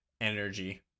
energy